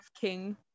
king